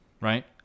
right